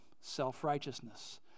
self-righteousness